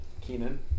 Keenan